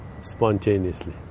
spontaneously